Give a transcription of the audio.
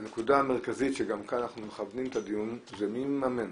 והנקודה המרכזית שגם כאן אנחנו מכוונים את הדיון היא מי מממן,